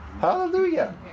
hallelujah